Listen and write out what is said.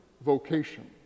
vocation